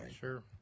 Sure